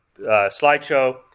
slideshow